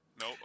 No